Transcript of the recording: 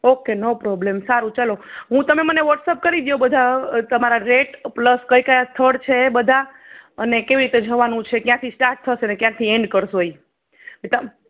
okay no problem સારું ચલો હું તમે મને વૉટ્સઅપ કરી દયો બધા તમારા રેટ પ્લસ કયા કયા સ્થળ છે એ બધા અને કેવી રીતે જવાનું છે ક્યાંથી સ્ટાર્ટ થસે અને ક્યાંથી એન્ડ કરસો ઇ તમ